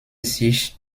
sich